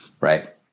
right